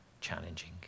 challenging